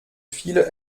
viele